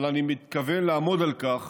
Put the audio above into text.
אבל אני מתכוון לעמוד על כך